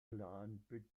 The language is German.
lahn